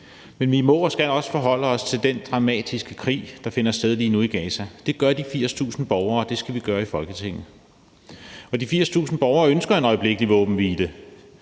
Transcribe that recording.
men vi må og skal også forholde os til den dramatiske krig, der finder sted lige nu i Gaza. Det gør de 80.000 borgere, og det skal vi gøre i Folketinget. De 80.000 borgere ønsker en øjeblikkelig våbenhvile.